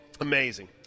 Amazing